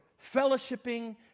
fellowshipping